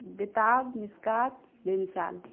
بے تاب مسکات بے مثال